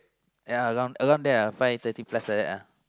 ya around around there ah five thirty plus like that ah